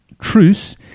truce